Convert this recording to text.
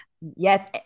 Yes